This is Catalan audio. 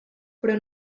però